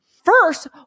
First